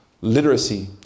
literacy